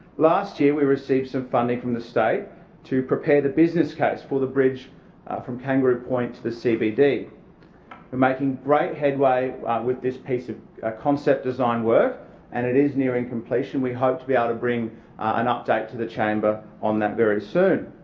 last year we received some funding from the state to prepare the business case for the bridge from kangaroo point to the cbd and but making great headway with this piece of concept design work and it is nearing completion. we hope to be able to bring an update to the chamber on that very soon.